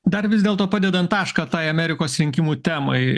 dar vis dėlto padedant tašką tai amerikos rinkimų temai